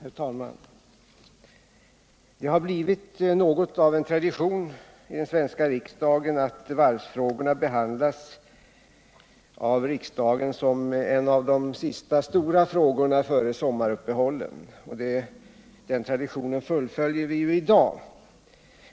Herr talman! Det har blivit något av en tradition i den svenska riksdagen att varvsfrågorna behandlas av riksdagen som en av de sista stora frågorna före sommaruppehållet, och den traditionen fullföljer vi i dag.